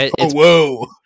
Whoa